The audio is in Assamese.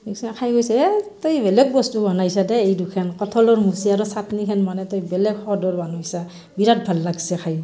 পিছত খাই কৈছে এই তই বেলেগ বস্তু বনাইছা দেই এই দুখান কঁঠালৰ মুচি আৰু চাটনিখেন মানে তই বেলেগ সোৱাদৰ বনাইছা বিৰাট ভাল লাগছে খায়